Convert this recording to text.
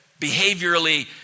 behaviorally